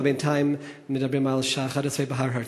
אבל בינתיים מדברים על שעה 11:00 בהר-הרצל.